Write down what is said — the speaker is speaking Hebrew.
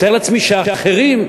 אני מתאר לעצמי שלאחרים,